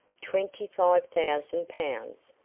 twenty-five thousand pounds,